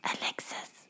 Alexis